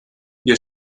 ihr